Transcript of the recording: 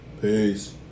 peace